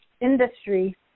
industry